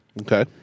Okay